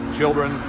children